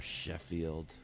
Sheffield